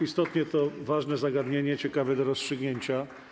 Istotnie to jest ważne zagadnienie, ciekawe do rozstrzygnięcia.